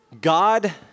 God